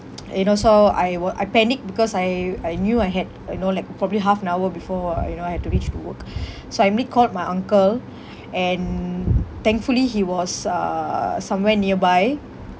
you know so I were I panic because I I knew I had uh you know like probably half an hour before I you know I have to reach to work so I immediately called my uncle and thankfully he was uh somewhere nearby